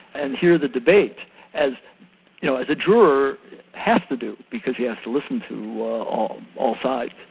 and hear the debate as you know as a juror has to do because he has to listen to all all sides.